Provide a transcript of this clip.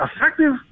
effective